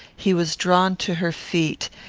he was drawn to her feet,